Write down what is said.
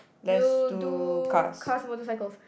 we'll do cars motorcycles